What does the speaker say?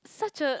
such a